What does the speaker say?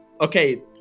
okay